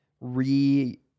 re